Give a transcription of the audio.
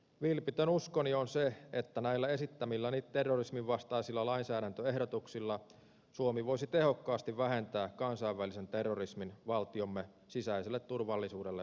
vilpitön uskoni on se että näillä esittämilläni terrorisminvastaisilla lainsäädäntöehdotuksilla suomi voisi tehokkaasti vähentää kansainvälisen terrorismin valtiomme sisäiselle turvallisuudelle aiheuttamaa vaaraa